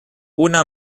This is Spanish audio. una